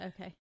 okay